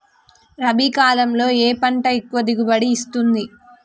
రబీ కాలంలో ఏ పంట ఎక్కువ దిగుబడి ఇస్తుంది?